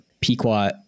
Pequot